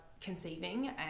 conceiving